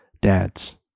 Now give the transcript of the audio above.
dads